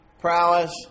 prowess